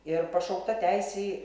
ir pašaukta teisei